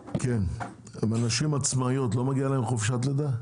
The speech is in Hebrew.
לנשים עצמאיות לא מגיע חופשת לידה?